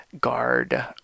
guard